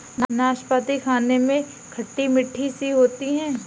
नाशपती खाने में खट्टी मिट्ठी सी होती है